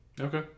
okay